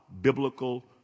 biblical